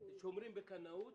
שומרים בקנאות,